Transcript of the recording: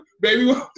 Baby